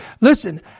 listen